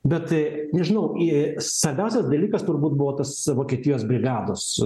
bet nežinau į svarbiausias dalykas turbūt buvo tas vokietijos brigados